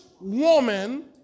woman